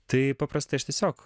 tai paprastai aš tiesiog